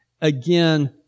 again